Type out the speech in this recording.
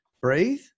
Breathe